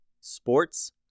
sports